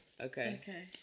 Okay